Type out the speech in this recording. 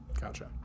Gotcha